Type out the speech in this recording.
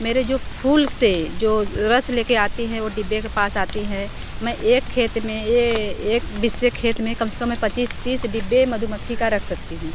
मेरे जो फूल से जो रस लेके आती हैं वो डिब्बे के पास आती हैं मैं एक खेत में एक विषय खेत में कम से कम में पच्चीस तीस डिब्बे मधुमक्खी के रख सकती हूँ